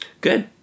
Good